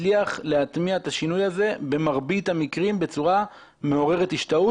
הצליח להטמיע את השינוי הזה במרבית המקרים בצורה מעוררת השתאות.